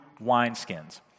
wineskins